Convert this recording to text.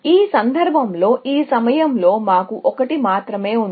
ఈ సందర్భంలో ఈ సమయంలో మాకు ఒకటి మాత్రమే పరిష్కారం ఉంది